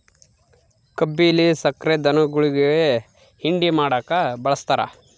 ಕಬ್ಬಿಲ್ಲಿ ಸಕ್ರೆ ಧನುಗುಳಿಗಿ ಹಿಂಡಿ ಮಾಡಕ ಬಳಸ್ತಾರ